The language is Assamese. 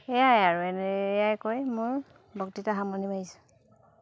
এয়াই আৰু এনে এয়াই কৈ মোৰ বক্তৃতা সামৰণি মাৰিছোঁ